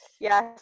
yes